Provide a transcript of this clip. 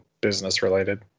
business-related